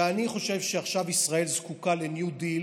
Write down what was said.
ואני חושב שעכשיו ישראל זקוקה לניו דיל: